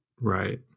right